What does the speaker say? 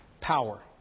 power